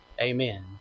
Amen